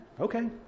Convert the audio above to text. okay